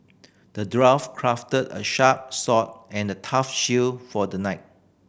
the dwarf crafted a sharp sword and a tough shield for the knight